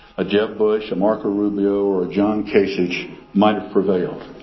a jeb bush, a marco rubio or john kasich might have prevailed.